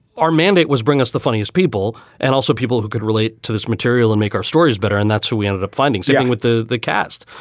our mandate was bring us the funniest people and also people who could relate to this material and make our stories better. and that's how we ended up finding sitting with the the cast.